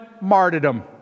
martyrdom